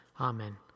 Amen